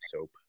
soap